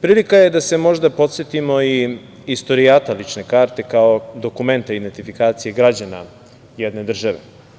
Prilika je da se možda podsetimo i istorijata lične karte, kao dokumenta identifikacije građana jedne države.